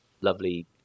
lovely